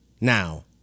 Now